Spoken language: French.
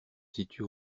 situe